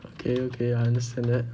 okay okay I understand that